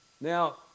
Now